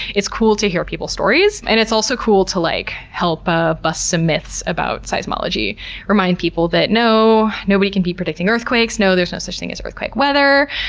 it's cool to hear people's stories. and it's also cool to, like, help ah bust some myths about seismology and remind people that, no, nobody can be predicting earthquakes. no there's no such thing as earthquake weather.